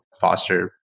foster